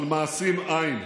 אבל מעשים אין.